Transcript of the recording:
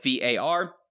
VAR